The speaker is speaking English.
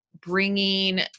bringing